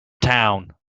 town